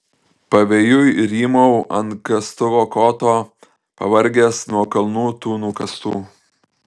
pavėjui rymau ant kastuvo koto pavargęs nuo kalnų tų nukastų